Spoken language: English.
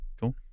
cool